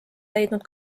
leidnud